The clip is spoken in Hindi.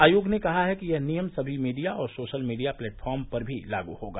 आयोग ने कहा है कि यह नियम सभी मीडिया और सोशल मीडिया प्लेटफार्म पर भी लागू होगा